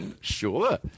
Sure